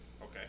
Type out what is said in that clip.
Okay